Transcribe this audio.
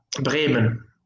Bremen